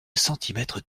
centimètres